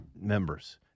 members